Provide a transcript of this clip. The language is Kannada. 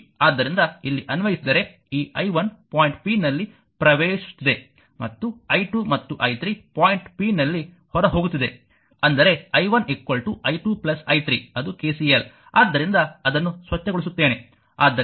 ಆದ್ದರಿಂದ ಇಲ್ಲಿ ಅನ್ವಯಿಸಿದರೆ ಈ i1 ಪಾಯಿಂಟ್ p ನಲ್ಲಿ ಪ್ರವೇಶಿಸುತ್ತಿದೆ ಮತ್ತು i2 ಮತ್ತು i3 ಪಾಯಿಂಟ್ p ನಲ್ಲಿ ಹೊರ ಹೋಗುತ್ತಿದೆ ಅಂದರೆ i 1 i2 i 3 ಅದು KCL ಆದ್ದರಿಂದ ಅದನ್ನು ಸ್ವಚ್ಛಗೊಳಿಸುತ್ತೇನೆ